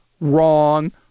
wrong